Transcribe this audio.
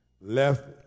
Left